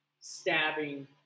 stabbing